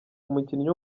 umukinnyi